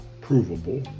provable